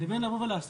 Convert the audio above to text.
לבין לבוא ולשים